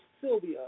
Sylvia